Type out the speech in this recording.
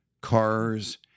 cars